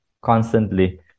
constantly